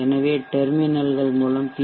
எனவே டெர்மினல்கள் மூலம் பி